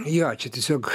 jo čia tiesiog